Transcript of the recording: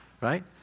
right